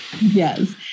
Yes